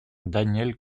daniel